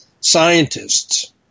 scientists